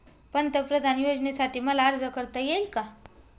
पंतप्रधान योजनेसाठी मला अर्ज करता येईल का?